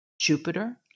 Jupiter